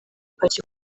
ipaki